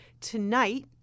Tonight